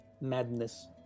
madness